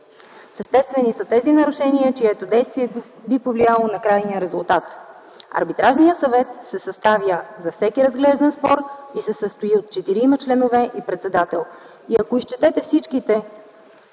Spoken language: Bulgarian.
Съществени са тези нарушения, чието действие би повлияло на крайния резултат. Арбитражният съвет се съставя за всеки разглеждан спор и се състои от четирима членове и председател”. Ако изчетете всичките